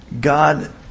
God